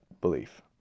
belief